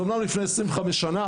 זה אומנם לפני 25 שנה,